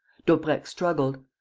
daubrecq struggled.